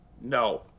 No